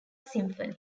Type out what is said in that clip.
symphony